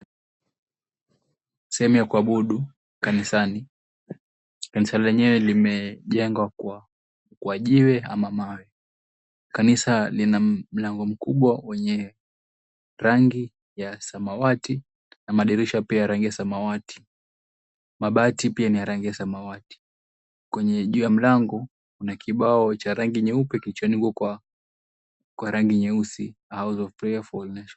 Sehemu ya kuabudu kanisani, kanisa lenyewe limejengwa kwa jiwe ama mawe kanisa. Lina mlango mkubwa wenye rangi ya samawati na madirisha pia ya rangi ya samawati mabati pia ni ya rangi ya samawati kwenye juu ya mlango kuna kibao nyeupe kilichoandikwa kwa rangi nyeusi, "Hope of Nations."